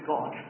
God